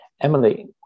emily